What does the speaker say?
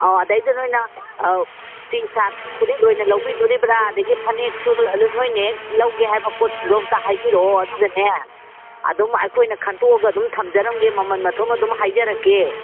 ꯑꯧ ꯑꯗꯩꯗ ꯅꯣꯏꯅ ꯇꯤ ꯁꯥꯔꯠ ꯐꯨꯔꯤꯠ ꯑꯣꯏꯅ ꯂꯧꯕꯤꯗꯣꯔꯤꯕꯔꯥ ꯑꯗꯒꯤ ꯐꯅꯦꯛꯁꯨ ꯅꯣꯏꯅ ꯍꯦꯛ ꯂꯧꯒꯦ ꯍꯥꯏꯕ ꯄꯣꯠꯁꯤꯡꯗꯣ ꯑꯝꯇ ꯍꯥꯏꯕꯤꯔꯛꯑꯣ ꯑꯗꯨꯒꯅꯦ ꯑꯗꯨꯝ ꯑꯩꯈꯣꯏꯅ ꯈꯟꯈꯣꯛꯑꯒ ꯑꯗꯨꯝ ꯊꯝꯖꯔꯝꯒꯦ ꯃꯃꯟ ꯃꯊꯨꯝ ꯑꯗꯨꯝ ꯍꯥꯏꯖꯔꯛꯀꯦ